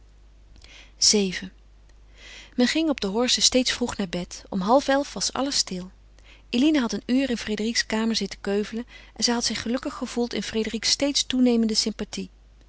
vii men ging op de horze steeds vroeg naar bed om half elf was alles stil eline had een uur in frédérique's kamer zitten keuvelen en zij had zich gelukkig gevoeld in frédérique's steeds toenemende sympathie